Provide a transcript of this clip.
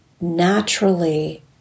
naturally